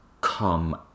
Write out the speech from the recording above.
come